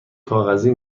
کاغذی